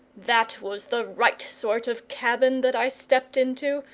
that was the right sort of cabin that i stepped into,